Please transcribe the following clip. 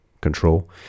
control